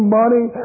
money